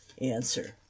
answer